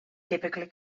typically